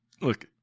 look